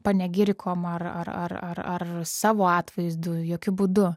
panegirikom ar ar ar ar ar savo atvaizdu jokiu būdu